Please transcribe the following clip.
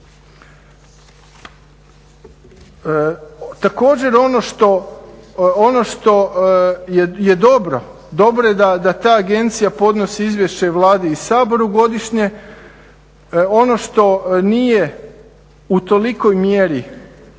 Također ono što je dobro, dobro je da ta agencija podnosi izvješće Vladi i Saboru godišnje. Ono što nije u tolikoj mjeri